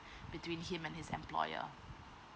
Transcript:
between him and his employer